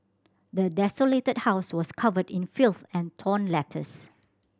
the desolated house was covered in filth and torn letters